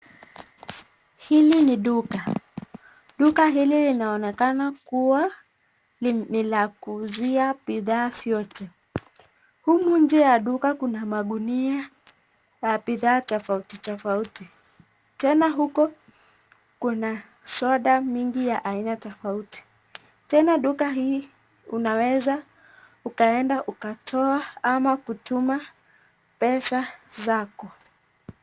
Hili ni duka. Duka hili linaonekana kuwa ni la kuuzia bidhaa vyote. Humu nje ya duka kuna magunia ya bidhaa tofauti tofauti. Tena huko kuna soda mingi ya aina tofauti. Tena duka hii unaweza ukaenda ukatoa ama kutuma pesa zako.